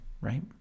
right